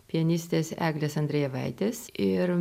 pianistės eglės andrejevaitės ir